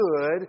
good